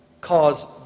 cause